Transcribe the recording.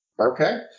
Okay